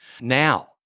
now